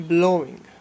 Blowing